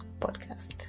podcast